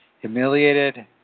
Humiliated